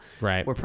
Right